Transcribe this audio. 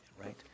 right